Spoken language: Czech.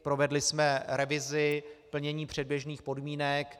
Provedli jsme revizi plnění předběžných podmínek.